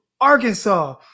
Arkansas